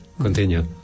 Continue